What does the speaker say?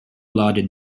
lauded